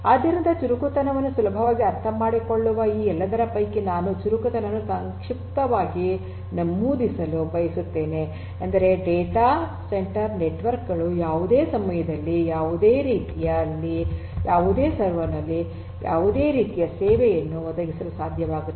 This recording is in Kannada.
ಆದ್ದರಿಂದ ಚುರುಕುತನವನ್ನು ಸುಲಭವಾಗಿ ಅರ್ಥಮಾಡಿಕೊಳ್ಳುವ ಈ ಎಲ್ಲದರ ಪೈಕಿ ನಾನು ಚುರುಕುತನವನ್ನು ಸಂಕ್ಷಿಪ್ತವಾಗಿ ನಮೂದಿಸಲು ಬಯಸುತ್ತೇನೆ ಎಂದರೆ ಡೇಟಾ ಸೆಂಟರ್ ನೆಟ್ವರ್ಕ್ ಗಳು ಯಾವುದೇ ಸಮಯದಲ್ಲಿ ಯಾವುದೇ ಸರ್ವರ್ ನಲ್ಲಿ ಯಾವುದೇ ರೀತಿಯ ಸೇವೆಯನ್ನು ಒದಗಿಸಲು ಸಾಧ್ಯವಾಗುತ್ತದೆ